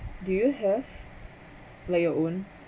do you have like your own